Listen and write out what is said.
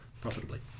profitably